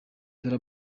dore